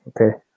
okay